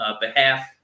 behalf